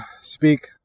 speak